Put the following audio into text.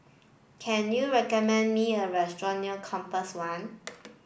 can you recommend me a restaurant near Compass One